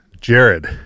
Jared